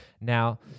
Now